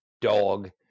dog